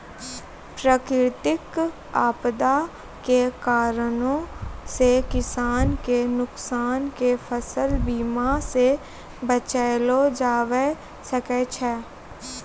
प्राकृतिक आपदा के कारणो से किसान के नुकसान के फसल बीमा से बचैलो जाबै सकै छै